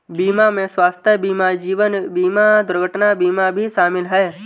बीमा में स्वास्थय बीमा जीवन बिमा दुर्घटना बीमा भी शामिल है